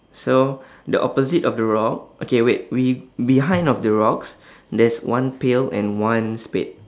so the opposite of the rock okay wait we behind of the rocks there's one pail and one spade